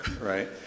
right